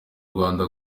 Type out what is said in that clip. rwanda